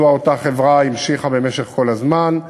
מדוע אותה חברה המשיכה כל הזמן.